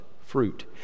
fruit